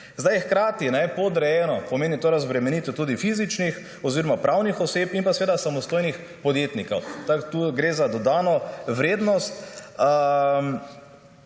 Zdaj hkrati podrejeno pomeni to razbremenitev tudi fizičnih oziroma pravnih oseb in pa seveda samostojnih podjetnikov. Tu gre za dodano vrednost.